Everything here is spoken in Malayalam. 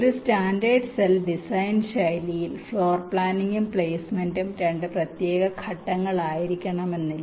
ഒരു സ്റ്റാൻഡേർഡ് സെൽ ഡിസൈൻ ശൈലിയിൽ ഫ്ലോർ പ്ലാനിംഗും പ്ലെയ്സ്മെന്റും 2 പ്രത്യേക ഘട്ടങ്ങളായിരിക്കണമെന്നില്ല